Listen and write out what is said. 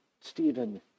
stephen